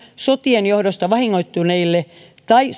sotien johdosta vahingoittuneille tai